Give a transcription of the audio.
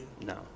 No